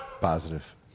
Positive